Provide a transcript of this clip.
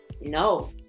no